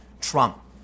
Trump